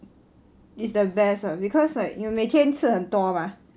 is the best ah because like you 每天吃很多 mah